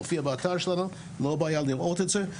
זה מופיע באתר שלנו, לא בעיה לראות את זה.